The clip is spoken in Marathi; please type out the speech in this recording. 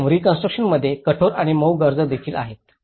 कायम रीकॉन्स्ट्रुकशनमध्ये कठोर आणि मऊ गरजा देखील आहेत